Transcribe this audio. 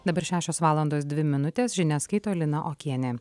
dabar šešios valandos dvi minutės žinias skaito lina okienė